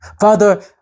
Father